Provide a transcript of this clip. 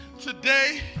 Today